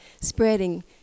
spreading